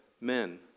men